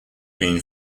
been